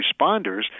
responders